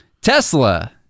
Tesla